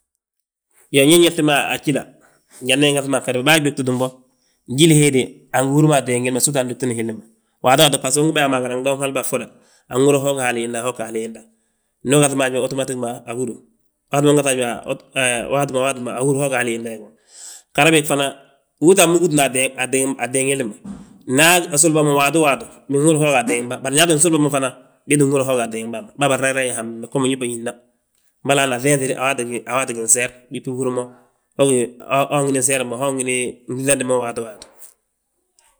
Iyoo, ndi nyalti mo a gjíla, njandi ingaŧi mo a ghara, bâa dógtitim bo, jíli he dé, angi húri ma ateengi sitú andógti hilli ma. Waato waati, bbaso ugí ma yaa mo a giraŋta unhalbà a ffoda, anhúri yaa ho gí hali hiinda, hoo ggí hali hiinda. Ndu ugaŧi mo haj ahúru, waatu ma ungaŧ a waat ma ahúri yaa ho gí hali hiinda go. Ghara bég fana, múgutma amúgutna ateeng hilli ma. Nda asulbà mo waato waatu, binhúri yaa ho ga ateengim bà, bari ndaa ttin suli mo fana bii ttin húri yaa ho ga ateengim bàa ma. Bàabe nrayraye hambe gom ndi. Mbolo hana aŧeenŧi de a waati, a waatin ginseer, bibi húr mo, ho gini nseer mo, ho gini waato waati.